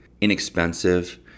inexpensive